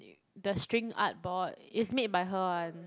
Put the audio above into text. the string art board is made by her one